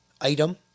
item